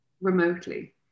remotely